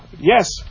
yes